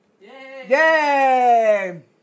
Yay